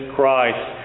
Christ